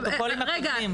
בפרוטוקולים הקודמים.